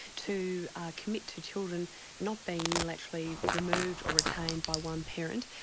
to commit to children not being unilaterally removed or retained by one parent,